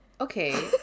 Okay